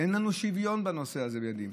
אין לנו שוויון בנושא הזה לילדים.